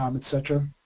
um etc.